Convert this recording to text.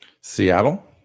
seattle